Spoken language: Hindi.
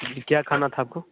जी क्या खाना था आपको